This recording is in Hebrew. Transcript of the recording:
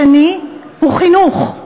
השני הוא חינוך,